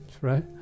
right